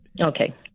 Okay